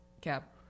cap